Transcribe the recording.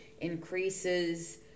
increases